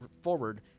forward